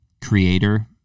creator